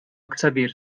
excedir